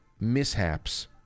mishaps